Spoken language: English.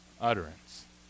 utterance